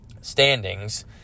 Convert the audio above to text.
standings